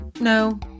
no